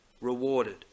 rewarded